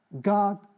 God